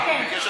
כן.